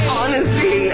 honesty